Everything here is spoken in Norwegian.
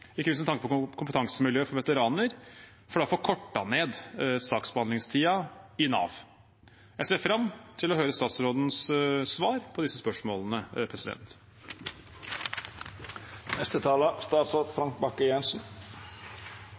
ikke minst med tanke på kompetansemiljø for veteraner, for å få kortet ned saksbehandlingstiden i Nav. Jeg ser fram til å høre statsrådens svar på disse spørsmålene.